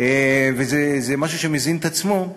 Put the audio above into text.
וזה משהו שמזין את עצמו.